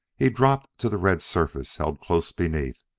he dropped to the red surface held close beneath,